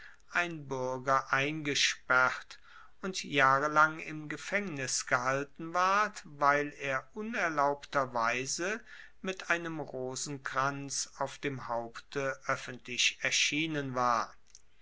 ein buerger eingesperrt und jahrelang im gefaengnis gehalten ward weil er unerlaubter weise mit einem rosenkranz auf dem haupte oeffentlich erschienen war